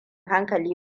hankali